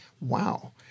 wow